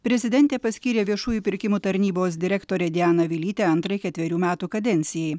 prezidentė paskyrė viešųjų pirkimų tarnybos direktorę dianą vilytę antrai ketverių metų kadencijai